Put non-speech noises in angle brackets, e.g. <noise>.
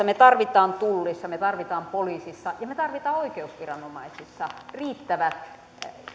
<unintelligible> me tarvitsemme tulliin me tarvitsemme poliisiin ja me tarvitsemme oikeusviranomaisille riittävät